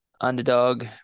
Underdog